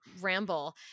ramble